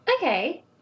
Okay